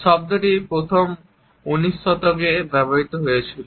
শব্দটি প্রথম 19 শতকে ব্যবহৃত হয়েছিল